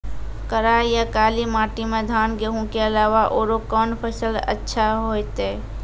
करार या काली माटी म धान, गेहूँ के अलावा औरो कोन फसल अचछा होतै?